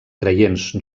creients